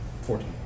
Fourteen